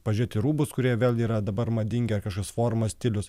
pažiūrėt į rūbus kurie vėl yra dabar madingi ar kažkokias formas stilius